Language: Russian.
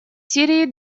сирии